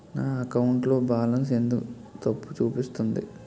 నా అకౌంట్ లో బాలన్స్ ఎందుకు తప్పు చూపిస్తుంది?